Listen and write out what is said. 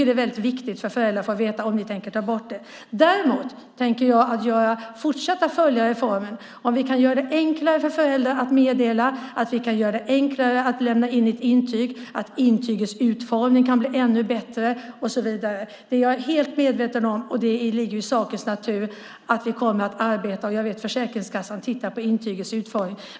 Det är viktigt för föräldrar att få veta om ni tänker ta bort det. Däremot tänker jag fortsätta att följa reformen och se om vi kan göra det enklare för föräldrar att meddela, enklare att lämna in ett intyg, om intygets utformning kan bli ännu bättre, och så vidare. Det ligger i sakens natur att vi kommer att arbeta med det, och jag vet att Försäkringskassan tittar på intygets utformning.